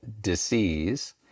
disease